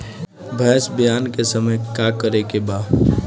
भैंस ब्यान के समय का करेके बा?